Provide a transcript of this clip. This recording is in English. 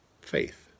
faith